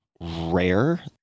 rare